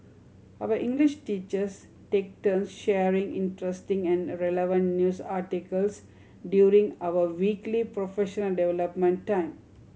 our English teachers take turns sharing interesting and relevant news articles during our weekly professional development time